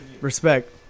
Respect